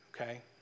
okay